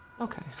Okay